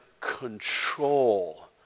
control